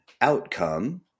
outcome